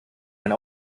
mein